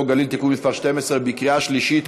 הגליל (תיקון מס' 12) בקריאה שלישית,